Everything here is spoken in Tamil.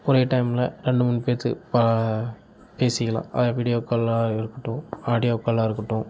ஒரே டைமில் ரெண்டு மூணு பேத்து பேசிக்கலாம் அது வீடியோ காலாக இருக்கட்டும் ஆடியோ காலாக இருக்கட்டும்